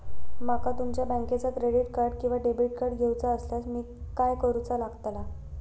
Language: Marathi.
माका तुमच्या बँकेचा क्रेडिट कार्ड किंवा डेबिट कार्ड घेऊचा असल्यास काय करूचा लागताला?